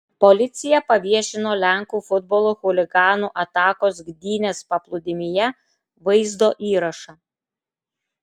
policija paviešino lenkų futbolo chuliganų atakos gdynės paplūdimyje vaizdo įrašą